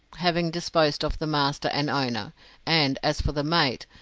having disposed of the master and owner and as for the mate,